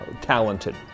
talented